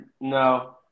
No